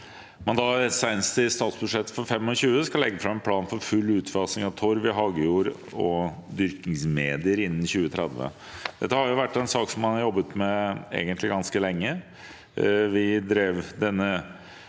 2025 skal legges fram en plan for full utfasing av torv i hagejord og dyrkingsmedier innen 2030. Dette er en sak man har jobbet med egentlig ganske lenge.